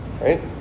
right